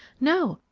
no,